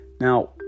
Now